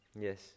Yes